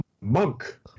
Monk